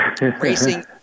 racing